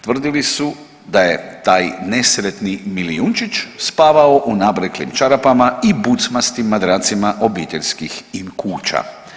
Tvrdili su da je taj nesretni milijunčić spavao u nabreklim čarapama i bucmastim madracima obiteljskih im kuća.